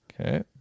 Okay